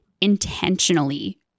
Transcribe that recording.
intentionally